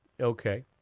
Okay